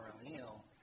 O'Neill